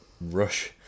Rush